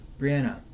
Brianna